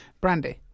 Brandy